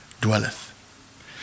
dwelleth